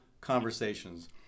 conversations